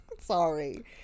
Sorry